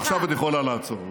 עכשיו את יכולה לעצור.